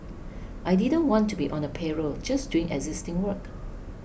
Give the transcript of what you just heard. I didn't want to be on a payroll just doing existing work